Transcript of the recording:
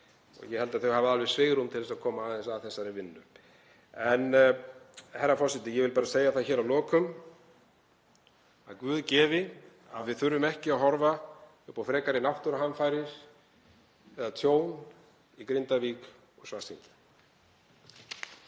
og ég held að þau hafi alveg svigrúm til að koma aðeins að þessari vinnu. Herra forseti. Ég vil bara segja það hér að lokum að guð gefi að við þurfum ekki að horfa upp á frekari náttúruhamfarir eða tjón í Grindavík og Svartsengi.